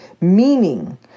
meaning